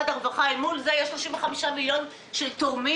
אל מול זה יש 35 מיליון שקל של תורמים